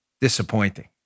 Disappointing